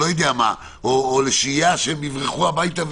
או לשהייה שהם יברחו הביתה.